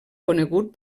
conegut